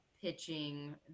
pitching